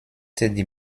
die